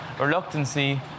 reluctancy